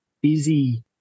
busy